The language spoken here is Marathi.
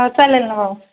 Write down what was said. हो चालेल ना भाऊ